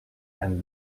and